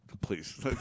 Please